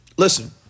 Listen